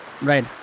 Right